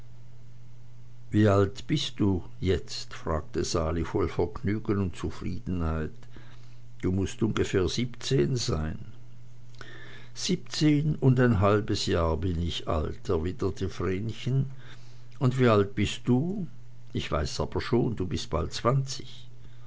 wie alt bist du jetzt fragte sali voll vergnügen und zufriedenheit du mußt ungefähr siebzehn sein siebzehn und ein halbes jahr bin ich alt erwiderte vrenchen und wie alt bist du ich weiß aber schon du bist bald zwanzig